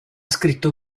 scritto